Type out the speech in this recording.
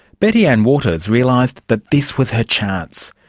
betty anne waters realised that this was her chance.